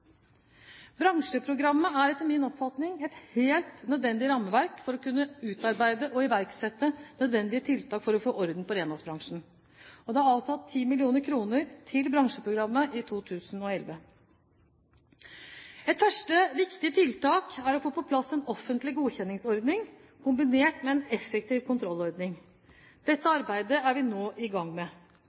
Bransjeprogrammet er etter min oppfatning et helt nødvendig rammeverk for å kunne utarbeide og iverksette nødvendige tiltak for å få orden på renholdsbransjen. Det er avsatt 10 mill. kr til bransjeprogrammet i 2011. Et første viktig tiltak er å få på plass en offentlig godkjenningsordning, kombinert med en effektiv kontrollordning. Dette arbeidet er vi nå i gang med.